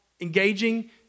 engaging